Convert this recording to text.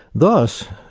thus,